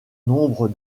nombre